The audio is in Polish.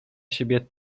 siebie